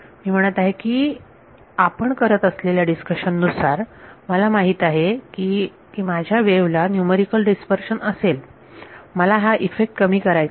मी म्हणत आहे की आपण करत असलेल्या डिस्कशन नुसार मला माहित आहे की की माझ्या वेव्ह ला न्यूमरिकल डीस्पर्शन असेल मला हा इफेक्ट कमी करायचा आहे